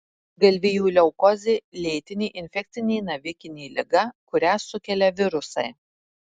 galvijų leukozė lėtinė infekcinė navikinė liga kurią sukelia virusai